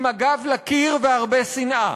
עם הגב לקיר והרבה שנאה.